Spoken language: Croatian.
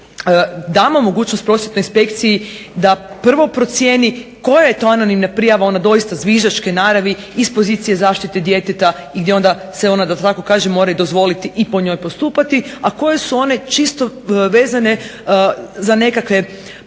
damo mogućnost prosvjetnoj inspekciji da prvo procijeni koja je to anonimna prijava ona doista zviždačke naravni iz pozicije zaštite djeteta gdje se ona mora dozvoliti i po njoj postupati a koje su one čisto vezane za nekakve uglavnom